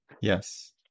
Yes